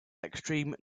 extreme